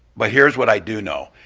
but here's what i do know.